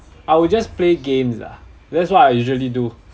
I will just play games lah that's what I usually do